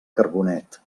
carbonet